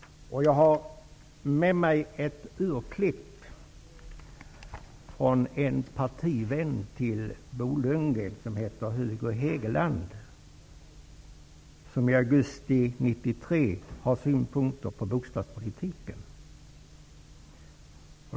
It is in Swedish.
Jag har med mig ett urklipp från en partivän till Bo 1993 hade synpunkter på bostadspolitiken.